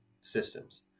systems